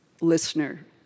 listener